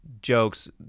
jokes